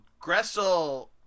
Gressel